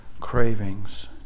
cravings